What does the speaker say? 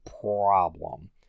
problem